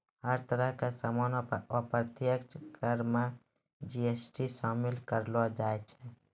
हर तरह के सामानो पर अप्रत्यक्ष कर मे जी.एस.टी शामिल करलो जाय छै